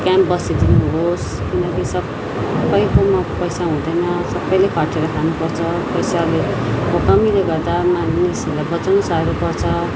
camp बसिदिनु होस् किनकि सबैकोमा पैसा हुँदैन सबैले खटेर खानु पर्छ पैसाले कमीले गर्दा मानिसहरूलाई बचाउनै साह्रो पर्छ